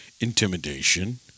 intimidation